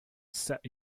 set